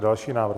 Další návrh.